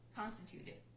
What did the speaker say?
constituted